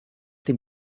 dem